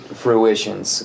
fruitions